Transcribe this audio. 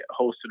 hosted